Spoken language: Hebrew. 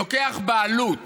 לוקחים בעלות